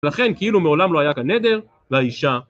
לכן כאילו מעולם לא היה כאן נדר, לאישה.